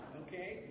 okay